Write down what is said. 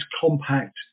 compact